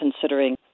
considering